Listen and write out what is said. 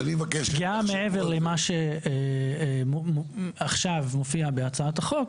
פגיעה מעבר למה שעכשיו מופיע בהצעת החוק,